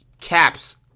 caps